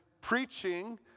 preaching